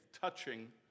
touching